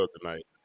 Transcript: tonight